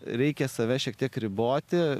reikia save šiek tiek riboti